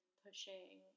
pushing